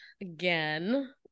again